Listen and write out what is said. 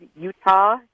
utah